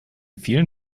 vielen